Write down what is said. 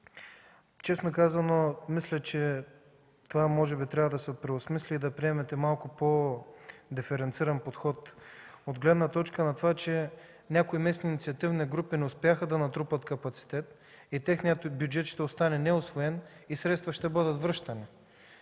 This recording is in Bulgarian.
Честно казано, мисля, че това може би трябва да се преосмисли и да приемете малко по-диференциран подход от гледна точка на това, че някои местни инициативни групи не успяха да натрупат капацитет, техният бюджет ще остане неусвоен и средствата ще бъдат връщани.